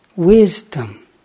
Wisdom